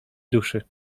duszy